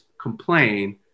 complain